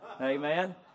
Amen